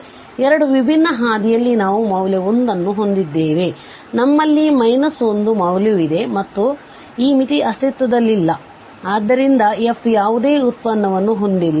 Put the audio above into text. ಆದ್ದರಿಂದ 2 ವಿಭಿನ್ನ ಹಾದಿಯಲ್ಲಿ ನಾವು ಮೌಲ್ಯ 1 ಅನ್ನು ಹೊಂದಿದ್ದೇವೆ ಮತ್ತು ನಮ್ಮಲ್ಲಿ ಮೈನಸ್ 1 ಮೌಲ್ಯವಿದೆ ಮತ್ತು ಆದ್ದರಿಂದ ಈ ಮಿತಿ ಅಸ್ತಿತ್ವದಲ್ಲಿಲ್ಲ ಮತ್ತು ಆದ್ದರಿಂದ ಈ f ಯಾವುದೇ ಉತ್ಪನ್ನವನ್ನು ಹೊಂದಿಲ್ಲ